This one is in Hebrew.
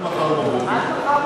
סעיף